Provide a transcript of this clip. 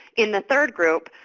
in the third group,